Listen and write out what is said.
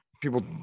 people